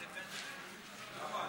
למה?